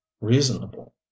reasonable